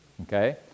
okay